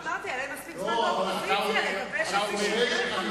אמרתי, היה